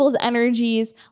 energies